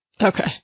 Okay